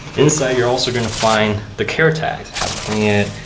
inside, you're also going to find the care tags. how to clean it,